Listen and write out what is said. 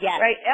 right